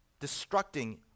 destructing